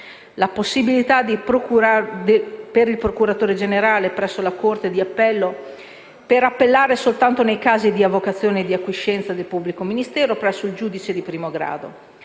la possibilità per il procuratore generale presso la corte d'appello di appellare soltanto nei casi di avocazione e acquiescenza del pubblico ministero presso il giudice di primo grado;